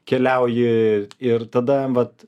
keliauji ir tada vat